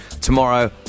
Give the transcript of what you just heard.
Tomorrow